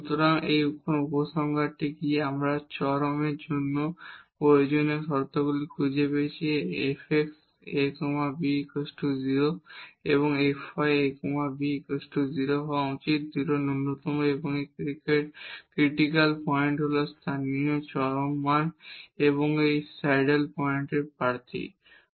সুতরাং এখন উপসংহার কি আমরা চরমের জন্য প্রয়োজনীয় শর্তগুলি খুঁজে পেয়েছি fx a b 0 এবং fy a b 0 হওয়া উচিত 0 ন্যূনতম এবং এই ক্রিটিকাল পয়েন্ট হল লোকাল ম্যাক্সিমা এবং স্যাডল পয়েন্টের ক্যান্ডিডেড